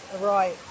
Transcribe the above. right